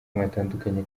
mwatandukanye